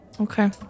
Okay